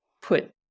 put